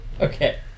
Okay